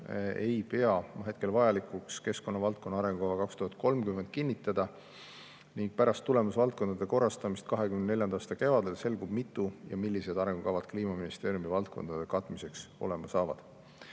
ei pea ma hetkel vajalikuks keskkonnavaldkonna arengukava 2030 kinnitada. Pärast tulemusvaldkondade korrastamist 2024. aasta kevadel selgub, mitu arengukava Kliimaministeeriumi valdkondade katmiseks saab